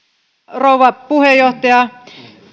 rouva puheenjohtaja